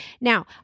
Now